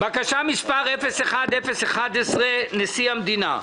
בקשה מספר 01-011 נשיא המדינה.